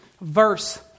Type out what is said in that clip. verse